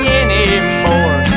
anymore